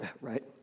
right